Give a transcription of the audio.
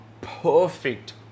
perfect